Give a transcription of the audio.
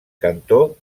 cantó